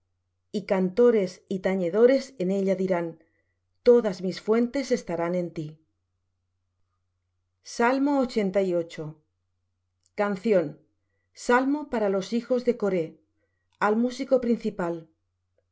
y cantores y tañedores en ella dirán todas mis fuentes estarán en ti canción salmo para los hijos de coré al músico principal